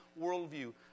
worldview